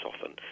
often